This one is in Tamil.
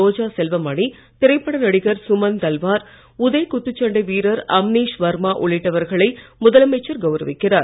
ரோஜா செல்வமணி திரைப்பட நடிகர் சுமன் தல்வார் உதை குத்துச்சண்டை வீரர் அம்னீஷ் வர்மா உள்ளிட்டவர்களை முதலமைச்சர் கவுரவிக்கிறார்